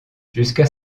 jusqu’à